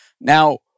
Now